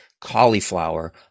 cauliflower